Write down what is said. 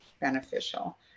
beneficial